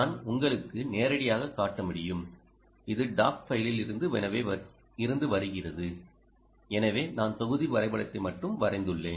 நான் உங்களுக்கு நேரடியாகக் காட்ட முடியும் இது டாக் ஃபைலில் இருந்து வருகிறதுஎனவே நான் தொகுதி வரைபடத்தை மட்டும் வரைந்துள்ளேன்